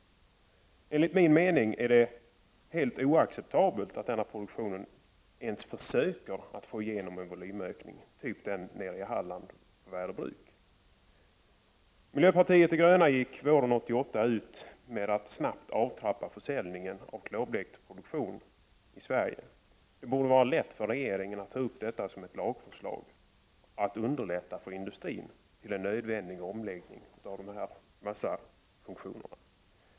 Enligt min mening är det helt oacceptabelt att denna produktion ens försöker att få igenom en volymökning som t.ex. den i Halland på Värö bruk. Miljöpartiet de gröna gick våren 1988 ut med förslag om att snabbt avtrappa försäljningen av klorblekt produktion i Sverige. Det borde vara lätt för regeringen att ta upp som ett lagförslag att underlätta för industrin att göra en nödvändig omläggning av massafunktionerna.